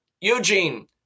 Eugene